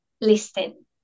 listen